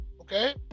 Okay